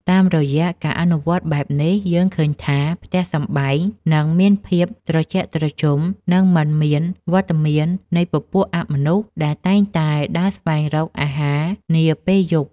តាមរយៈការអនុវត្តបែបនេះយើងឃើញថា ផ្ទះសម្បែងនឹងមានភាពត្រជាក់ត្រជុំ និងមិនមានវត្តមាននៃពពួកអមនុស្សដែលតែងតែដើរស្វែងរកអាហារនាពេលយប់។